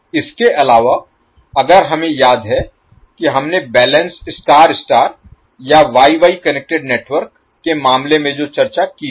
इसके अलावा अगर हमें याद है कि हमने बैलेंस्ड स्टार स्टार या वाई वाई कनेक्टेड नेटवर्क के मामले में जो चर्चा की थी